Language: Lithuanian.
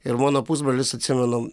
ir mano pusbrolis atsimenu